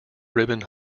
ribbon